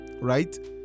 right